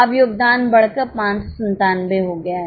अब योगदान बढ़कर 597 हो गया है